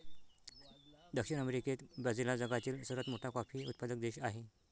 दक्षिण अमेरिकेत ब्राझील हा जगातील सर्वात मोठा कॉफी उत्पादक देश आहे